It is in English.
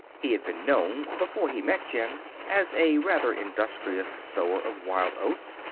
he had been known before he met jen as a rather industrious sower of wild oats.